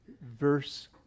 Verse